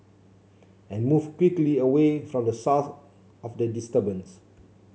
and move quickly away from the source of the disturbance